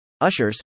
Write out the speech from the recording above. ushers